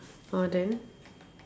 ah then